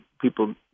People